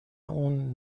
اون